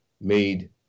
made